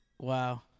Wow